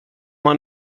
han